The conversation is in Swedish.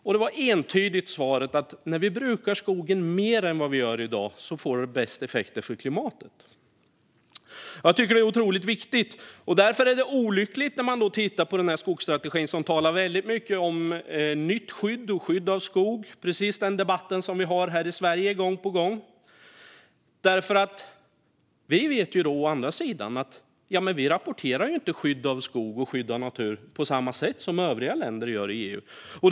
Svaret var entydigt att när vi brukar skogen mer än vad vi gör i dag får det bäst effekter för klimatet. Jag tycker att det är otroligt viktigt. Därför är det olyckligt när man tittar på denna skogsstrategi där det talas väldigt mycket om nytt skydd och skydd av skog, precis den debatt som vi har här i Sverige gång på gång. Vi vet nämligen å andra sidan att vi inte rapporterar skydd av skog och skydd av natur på samma sätt som övriga länder i EU gör.